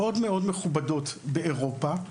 מאוד מאוד מכובדות באירופה.